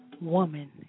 woman